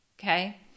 Okay